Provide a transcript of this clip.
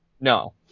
No